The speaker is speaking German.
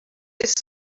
ist